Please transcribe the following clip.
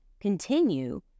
continue